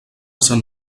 sant